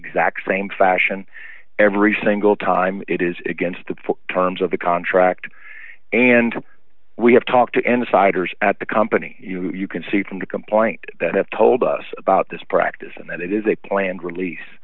exact same fashion every single time it is against the terms of the contract and we have talked to end insiders at the company you can see from the complaint that told us about this practice and that it is a planned release